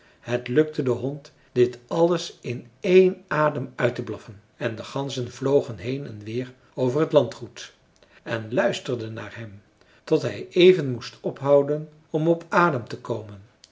het lukte den hond dit alles in één adem uit te blaffen en de ganzen vlogen heen en weer over het landgoed en luisterden naar hem tot hij even moest ophouden om op adem te komen